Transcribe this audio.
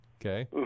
okay